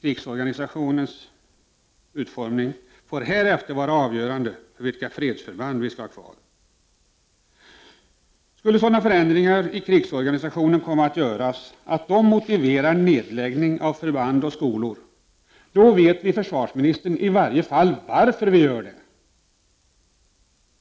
Krigsorganisationens utformning får härefter vara avgörande för vilka fredsförband vi skall ha kvar. Skulle sådana förändringar i krigsorganisationen komma att göras att de motiverar nedläggning av förband och skolor, vet vi i alla fall varför vi gör det.